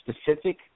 specific